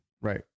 Right